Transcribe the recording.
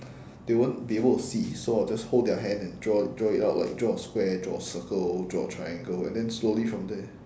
they won't be able to see so I'll just hold their hand and draw draw it out like draw a square draw a circle draw a triangle and then slowly from there